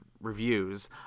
reviews